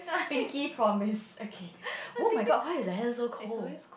pinky promise okay oh-my-god why is your hand so cold